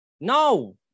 No